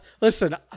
listen